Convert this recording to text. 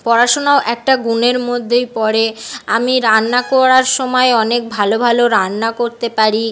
পড়াশোনাও একটা গুণের মধ্যেই পড়ে আমি রান্না করার সমায় অনেক ভালো ভালো রান্না করতে পারি